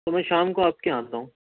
تو میں شام کو آپ کے یہاں آتا ہوں